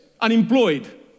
unemployed